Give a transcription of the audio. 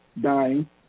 dying